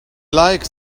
like